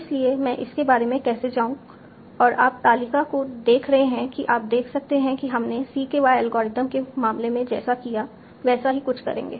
इसलिए मैं इसके बारे में कैसे जाऊं और आप तालिका को देख रहे हैं कि आप देख सकते हैं कि हमने CKY एल्गोरिथ्म के मामले में जैसा किया है वैसा ही कुछ करेंगे